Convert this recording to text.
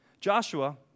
Joshua